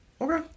Okay